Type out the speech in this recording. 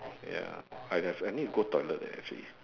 ya I have I need to go toilet eh actually